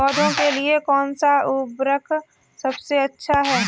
पौधों के लिए कौन सा उर्वरक सबसे अच्छा है?